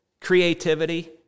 creativity